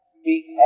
speak